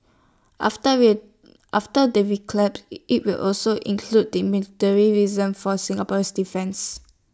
after wear after the IT will also include the military reason for Singapore's defence